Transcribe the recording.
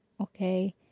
okay